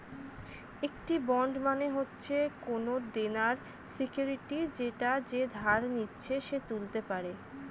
একটি বন্ড মানে হচ্ছে কোনো দেনার সিকিউরিটি যেটা যে ধার নিচ্ছে সে তুলতে পারে